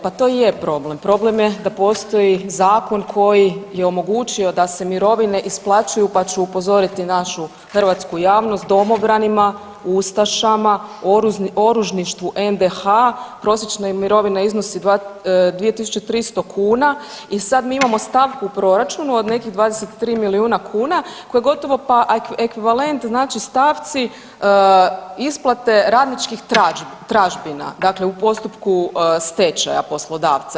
Pa to i je problem, problem je da postoji Zakon koji je omogućio da se mirovine isplaćuju, pa ću upozoriti našu Hrvatsku javnost, domobranima, ustašama, oružništvu NDH prosječna im mirovina iznosi 2.300kuna i sad mi imamo stavku u Proračunu od nekih 23 milijuna kuna koji gotovo pa ekvivalent znači stavci isplate radničkih tražbina, dakle u postupku stečaja poslodavca.